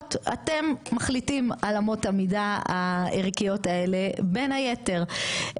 אתם מחליטים על אמות המידה הערכיות האלה בין היתר,